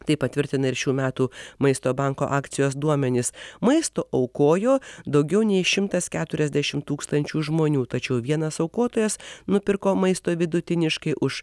tai patvirtina ir šių metų maisto banko akcijos duomenys maisto aukojo daugiau nei šimtas keturiasdešimt tūkstančių žmonių tačiau vienas aukotojas nupirko maisto vidutiniškai už